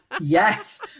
yes